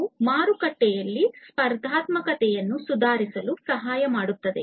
ಇದು ಮಾರುಕಟ್ಟೆಯಲ್ಲಿ ಸ್ಪರ್ಧಾತ್ಮಕತೆಯನ್ನು ಸುಧಾರಿಸಲು ಸಹಾಯ ಮಾಡುತ್ತದೆ